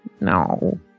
no